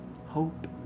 Hope